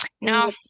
No